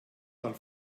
del